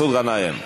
מסעוד גנאים.